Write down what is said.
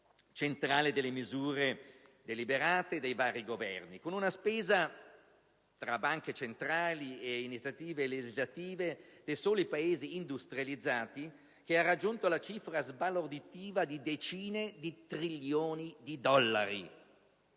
centrale delle misure deliberate dai vari Governi - con una spesa che, tra banche centrali e iniziative legislative dei soli Paesi industrializzati, ha raggiunto la cifra sbalorditiva di decine di trilioni di dollari,